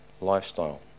lifestyle